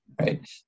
right